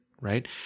right